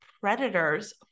predators